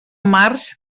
març